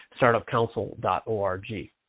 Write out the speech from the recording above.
startupcouncil.org